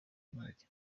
inkeke